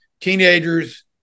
teenagers